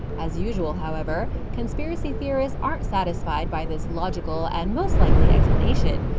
as usual, however, conspiracy theorists aren't satisfied by this logical and most-likely explanation.